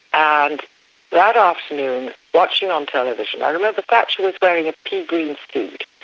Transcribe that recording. and that afternoon, watching on television, i remember thatcher was wearing a pea green suit,